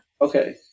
Okay